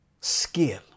skill